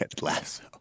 lasso